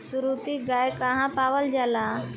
सुरती गाय कहवा पावल जाला?